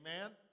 amen